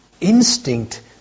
instinct